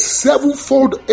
sevenfold